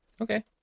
Okay